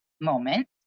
moment